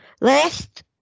last